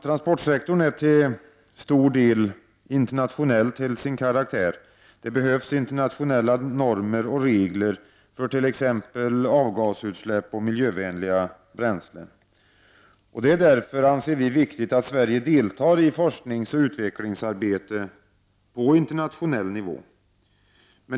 Transportsektorn är till stor del internationell till sin karaktär. Det behövs internationella normer och regler för t.ex. avgasutsläpp och miljövänligare bränslen. Det är därför viktigt att Sverige deltar i forskningsoch utvecklingsarbetet på internationell nivå.